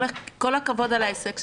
כל הכבוד על ההישג שלך.